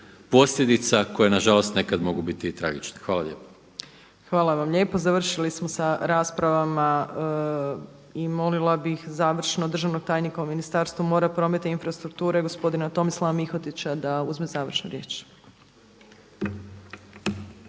posljedica koje nažalost nekada mogu biti i tragične. Hvala lijepo. **Opačić, Milanka (SDP)** Hvala vam lijepo. Završili smo sa raspravama. I molila bih završno državnog tajnika u Ministarstvu mora, prometa i infrastrukture gospodina Tomislava Mihotića da uzme završnu riječ.